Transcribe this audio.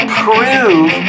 prove